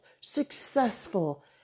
successful